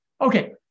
Okay